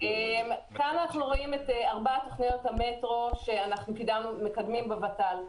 כאן את ארבע תוכניות המטרו שאנחנו מקדמים בות"ל.